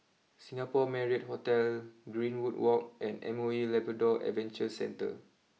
Singapore Marriott Hotel Greenwood walk and M O E Labrador Adventure Centre